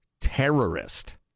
terrorist